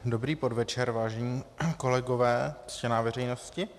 Dobrý podvečer, vážení kolegové, ctěná veřejnosti.